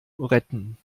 retten